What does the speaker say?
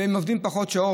והם עובדים פחות שעות.